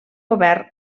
govern